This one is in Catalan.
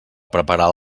preparar